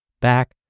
back